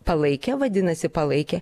palaikė vadinasi palaikė